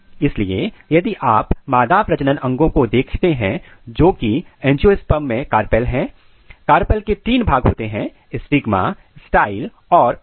इसलिए यदि आप मादा प्रजनन अंगों को देखते है जोकि एंजियोस्पर्म में कार्पेल है कार्पेल के तीन भाग होते हैं स्टिग्मा स्टाइल और ओवरी